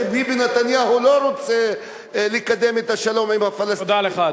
שביבי נתניהו לא רוצה לקדם את השלום עם הפלסטינים,